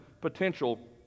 potential